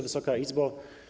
Wysoka Izbo!